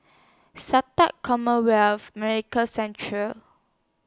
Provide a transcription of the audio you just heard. Sata Commonwealth Medical Central